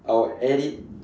I will add it